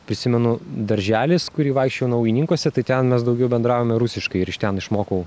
prisimenu darželis kurį vaikščiojau naujininkuose tai ten mes daugiau bendravome rusiškai ir iš ten išmokau